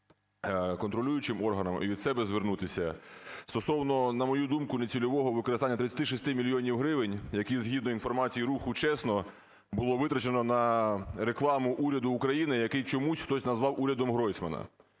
контролюючим органам і від себе звернутися стосовно, на мою думку, нецільового використання 36 мільйонів гривень, які згідно інформації руху "ЧЕСНО", було витрачено на рекламу уряду України, який чомусь хтось назвав "урядом Гройсмана".